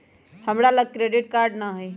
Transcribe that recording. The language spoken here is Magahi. हमरा लग क्रेडिट कार्ड नऽ हइ